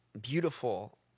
beautiful